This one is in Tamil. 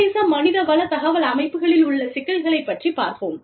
சர்வதேச மனித வள தகவல் அமைப்புகளில் உள்ள சிக்கல்களைப் பற்றி பார்ப்போம்